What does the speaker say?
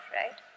right